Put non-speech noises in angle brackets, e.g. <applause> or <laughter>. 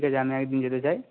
<unintelligible> আমি এক দিন যেতে চাই